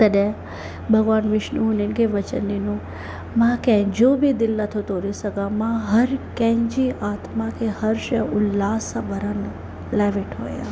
तॾहिं भॻवान विष्णु हुननि खे वचन ॾिनो मां कंहिंजो बि दिलि न तोड़ियो सघां मां हर कंहिंजी आत्मा खे हर्ष ऐं उल्लास सां भरंदुमि